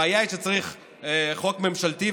הבעיה היא שצריך חוק ממשלתי.